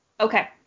Okay